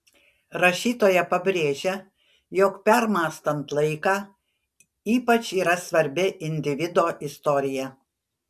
rašytoja pabrėžia jog permąstant laiką ypač yra svarbi individo istorija